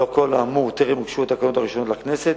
לאור כל האמור, טרם הוגשו התקנות הראשונות לכנסת.